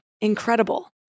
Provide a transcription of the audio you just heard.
incredible